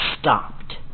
stopped